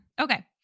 Okay